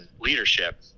leadership